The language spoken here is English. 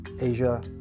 Asia